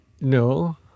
No